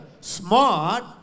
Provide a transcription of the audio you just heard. smart